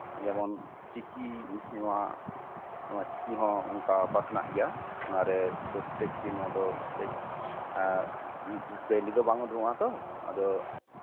ᱡᱮᱢᱚᱱ ᱪᱤᱠᱤ ᱦᱤᱸᱥ ᱱᱚᱣᱟ ᱱᱚᱣᱟ ᱪᱤᱠᱤ ᱦᱚᱸ ᱱᱚᱝᱠᱟ ᱯᱟᱥᱱᱟᱜ ᱜᱮᱭᱟ ᱱᱚᱣᱟᱨᱮ ᱯᱨᱚᱛᱛᱮᱠᱴᱤ ᱱᱚᱣᱟ ᱫᱚ ᱢᱤᱫᱴᱮᱡ ᱮᱸᱜ ᱰᱮᱞᱤ ᱫᱚ ᱵᱟᱝ ᱩᱰᱩᱝᱚᱜᱼᱟ ᱛᱚ ᱟᱫᱚ